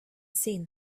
seen